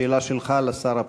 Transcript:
שאלה שלך לשר הפנים.